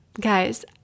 guys